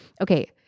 okay